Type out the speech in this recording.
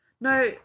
No